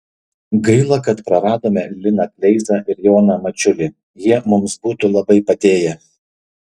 gaila kad praradome liną kleizą ir joną mačiulį jie mums būtų labai padėję